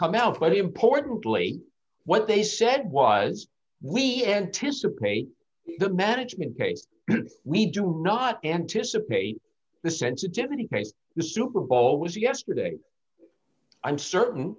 come out but importantly what they said was we anticipate the management case we do not anticipate the sensitivity case the superball was yesterday i'm certain